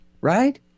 right